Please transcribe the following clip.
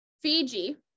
fiji